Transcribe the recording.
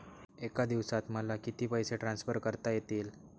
एका दिवसात मला किती पैसे ट्रान्सफर करता येतील?